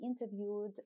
interviewed